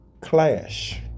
clash